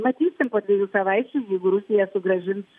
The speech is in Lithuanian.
matysim po dviejų savaičių jeigu rusija sugrąžins